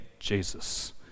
Jesus